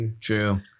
True